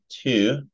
two